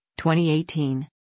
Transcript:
2018